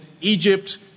Egypt